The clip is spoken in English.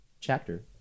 chapter